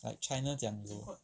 like china 讲有